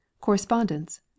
correspondence